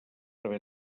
haver